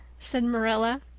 said marilla.